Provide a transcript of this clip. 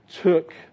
took